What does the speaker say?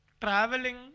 traveling